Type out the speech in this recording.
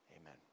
amen